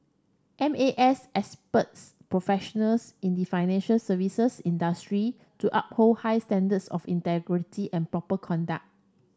M A S expects professionals in the financial services industry to uphold high standards of integrity and proper conduct